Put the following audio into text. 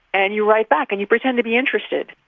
and you write back and you pretend to be interested.